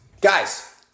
Guys